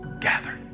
gather